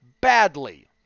badly